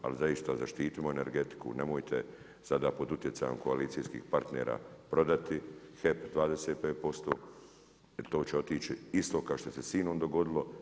Ali zaista zaštitimo energetiku, nemojte sada pod utjecajem koalicijskih partnera prodati HEP … jer to će otići isto ka šta se s INA-om dogodilo.